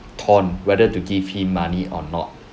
torn whether to give him money or not